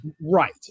Right